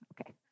Okay